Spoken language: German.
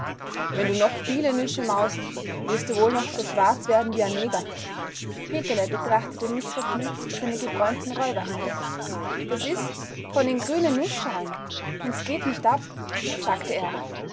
wenn du noch viel nüsse maust wirste wohl noch so schwarz werden wie a neger peterle betrachtete mißvergnügt seine gebräunten räuberhände das is von den grünen nußschalen und s geht nich ab sagte er